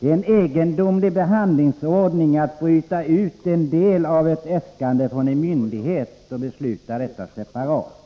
Det är en egendomlig behandlingsordning att bryta ut en del av ett äskande från en myndighet och besluta om detta separat.